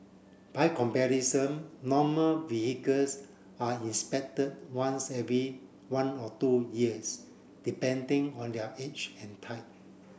by comparison normal vehicles are inspected once every one or two years depending on their age and type